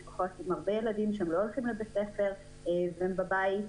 יש משפחות מרובות ילדים שלא הולכים לבית הספר וצורכות הרבה מים.